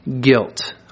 guilt